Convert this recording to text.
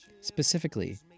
Specifically